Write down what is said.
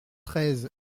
treize